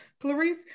Clarice